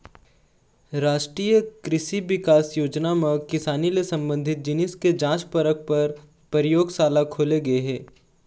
रास्टीय कृसि बिकास योजना म किसानी ले संबंधित जिनिस के जांच परख पर परयोगसाला खोले गे हे